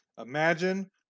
Imagine